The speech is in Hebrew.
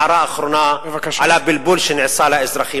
הערה אחרונה על הבלבול שנעשה לאזרחים.